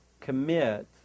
Commit